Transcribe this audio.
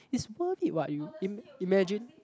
it's worth it what you im~ imagine